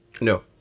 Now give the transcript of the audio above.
No